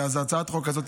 אז הצעת החוק הזאת,